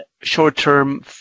short-term